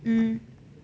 mm